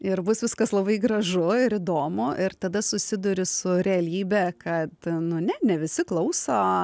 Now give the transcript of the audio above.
ir bus viskas labai gražu ir įdomu ir tada susiduri su realybe kad nu ne ne visi klauso